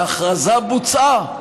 וההכרזה בוצעה.